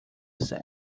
said